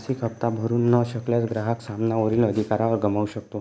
मासिक हप्ता भरू न शकल्यास, ग्राहक सामाना वरील अधिकार गमावू शकतो